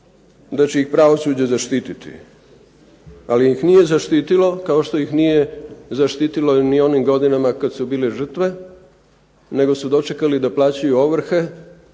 da će ih pravosuđe zaštititi, ali ih nije zaštitilo, kao što ih nije zaštitilo ni u onim godinama kad su bile žrtve nego su dočekali da plaćaju ovrhe,